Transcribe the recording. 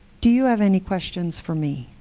do you have any questions for me?